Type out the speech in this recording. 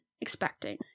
expecting